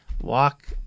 walk